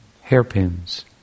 hairpins